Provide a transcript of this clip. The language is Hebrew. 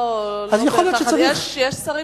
יש שרים